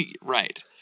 Right